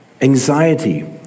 anxiety